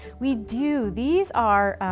we do. these are